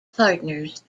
partners